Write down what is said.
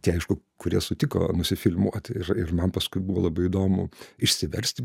tie aišku kurie sutiko nusifilmuoti ir ir man paskui buvo labai įdomu išsiversti